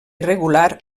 irregular